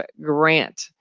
Grant